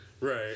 Right